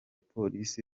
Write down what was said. polisi